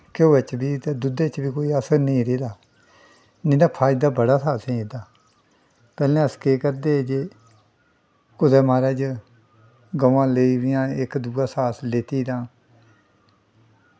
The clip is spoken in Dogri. घ्यो च बी ते दुद्धै च बी कोई असर निं ऐ रेह्दा नेईं तां फायदा बड़ा हा असेंगी एह्दा पैह्लें अस केह् करदे हे जे कुसै म्हाराज गवां लेई दियां इक दुए साथ लैत्ती तां